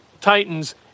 Titans